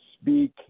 speak